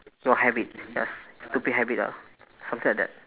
your habit your stupid habit ah something like that